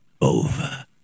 over